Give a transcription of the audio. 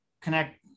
connect